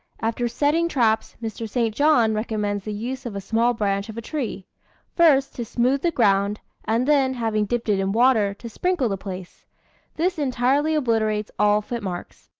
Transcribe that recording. after setting traps, mr. st. john recommends the use of a small branch of a tree first, to smooth the ground, and then, having dipped it in water, to sprinkle the place this entirely obliterates all foot-marks.